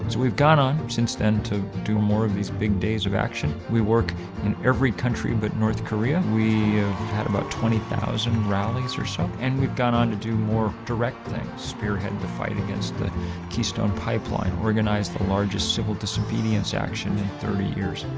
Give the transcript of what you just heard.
we've gone on since then to do more of these big days of action. we work in every country but north korea. we had about twenty thousand rallies or so. and we've gone on to do more direct things spearhead the fight against the keystone pipeline, organize the largest civil disobedience action in thirty years.